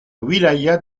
wilaya